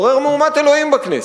עורר מהומת אלוהים בכנסת.